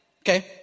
Okay